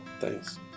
Thanks